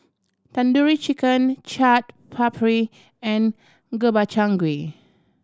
Tandoori Chicken Chaat Papri and Gobchang Gui